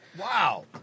Wow